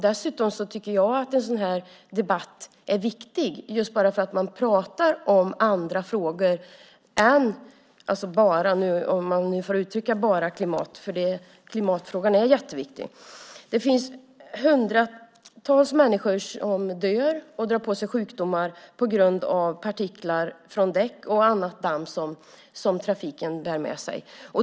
Dessutom tycker jag att en sådan här debatt är viktig just för att man pratar om andra frågor än "bara", om man får uttrycka det så, klimatet. Klimatfrågan är jätteviktig. Det finns hundratals människor som dör och drar på sig sjukdomar på grund av partiklar från däck och annat damm som trafiken bär med sig.